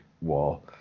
wall